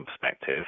perspective